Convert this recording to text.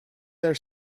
their